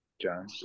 John